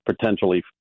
potentially